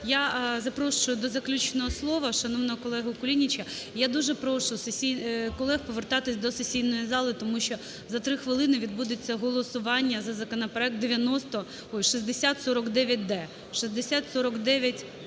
Я запрошую до заключного слова шановного колегу Кулініча. Я дуже прошу колег повертатись до сесійної зали тому що за 3 хвилини відбудеться голосування за законопроект 6049-д.